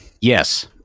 Yes